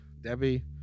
Debbie